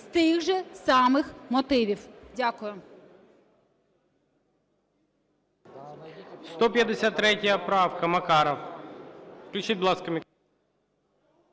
з тих же самих мотивів. Дякую.